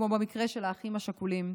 כמו במקרה של האחים השכולים.